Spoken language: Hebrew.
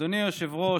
אדוני היושב-ראש,